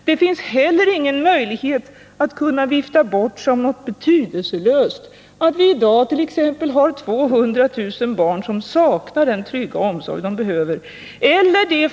Det finns heller ingen möjlighet att vifta bort som något betydelselöst att i dag 200 000 barn saknar den trygga omsorg de behöver.